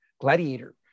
gladiator